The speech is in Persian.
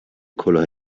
کلاه